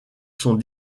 sont